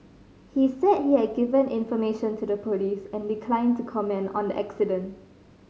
he said he had given information to the police and declined to comment on the accident